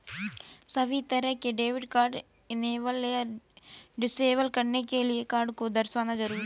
सभी तरह के डेबिट कार्ड इनेबल या डिसेबल करने के लिये कार्ड को दर्शाना जरूरी नहीं है